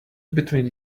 between